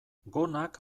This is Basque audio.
gonak